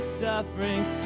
sufferings